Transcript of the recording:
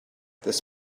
this